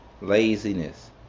laziness